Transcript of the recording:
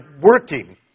working